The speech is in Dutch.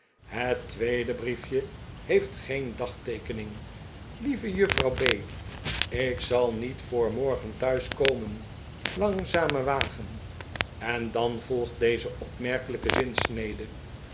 het tweede brief je heeft geen dagteekening lieve juffrouw b ik zal niet voor morgen thuis komen langzame wagen en dan volgt deze opmerkelijke zinsnede